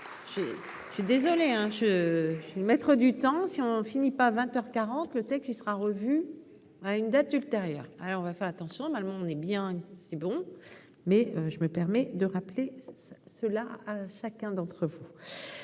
Suis désolé hein, je suis le maître du temps si on finit pas 20 heures 40 le texte, il sera revu, à une date ultérieure, alors on va faire attention en allemand, on est bien, c'est bon, mais je me permets de rappeler cela à chacun d'entre vous,